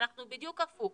אנחנו בדיוק הפוך,